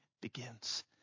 begins